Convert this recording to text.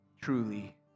truly